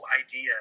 idea